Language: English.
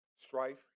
strife